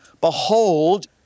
behold